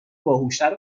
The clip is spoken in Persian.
باهوشتر